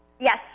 Yes